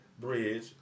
Bridge